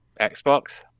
Xbox